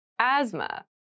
Asthma